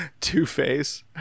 two-face